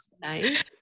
nice